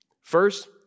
First